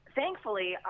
thankfully